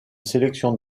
sélection